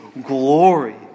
glory